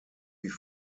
wie